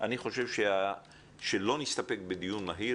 אני חושב שלא נסתפק בדיון מהיר,